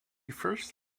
first